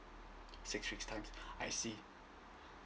six weeks time I see